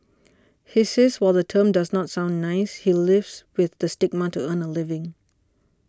he says while the term does not sound nice he lives with the stigma to earn a living